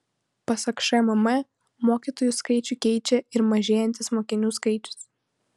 pasak šmm mokytojų skaičių keičia ir mažėjantis mokinių skaičius